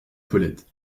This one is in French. paulette